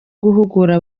guhugura